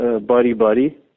buddy-buddy